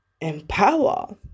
Empower